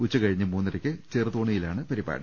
ഉച്ചകഴിഞ്ഞ് മൂന്നരയ്ക്ക് ചെറുതോണിയിലാണ് പരിപാടി